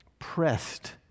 Pressed